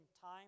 time